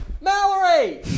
Mallory